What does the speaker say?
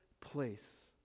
place